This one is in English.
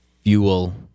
fuel